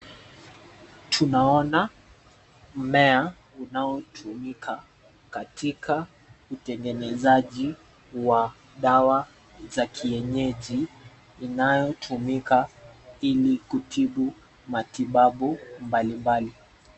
Tunaona mmea unaotumika katika utengenezaji wa dawa za kienyeji inayotumika ili kutibu matibabu mbalimbali.